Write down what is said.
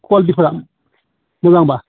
कुवालिटिफ्रा मोजांबा